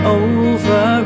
over